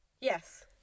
Yes